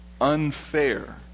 unfair